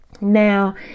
now